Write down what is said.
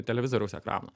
televizoriaus ekrano